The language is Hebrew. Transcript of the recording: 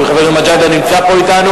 האם חבר הכנסת מג'אדלה נמצא פה אתנו?